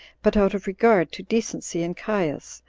but out of regard to decency in caius,